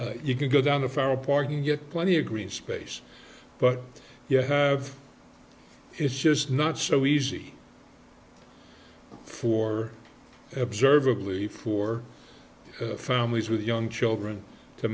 of you can go down the federal park and get plenty of green space but you have it's just not so easy for observably for families with young children to